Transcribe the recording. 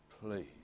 please